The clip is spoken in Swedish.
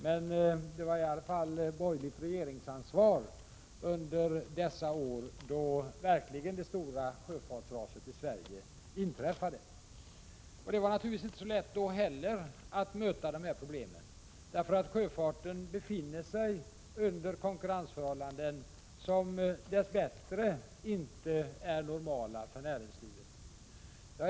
Men det var borgerligt regeringsansvar under de år då det verkligt stora sjöfartsraset i Sverige inträffade. Det var naturligtvis inte så lätt att möta de här svårigheterna då heller. Sjöfarten arbetar under konkurrensförhållanden som dess bättre inte är normala för näringslivet.